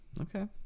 Okay